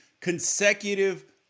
consecutive